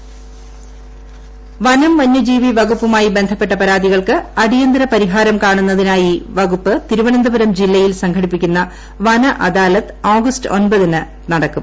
വന അദാലത്ത് വനംവനൃജീവി വകുപ്പുമായി ബന്ധപ്പെട്ട പരാതികൾക്ക് അടിയന്തിര പരിഹാരം കാണുന്നതിനായി വകുപ്പ് ത്രിരുവനന്തപുരം ജില്ലയിൽ സംഘടിപ്പിക്കുന്ന വന അദാലത്ത് ആൾസ്റ്റ് ഒമ്പതിന് നടക്കും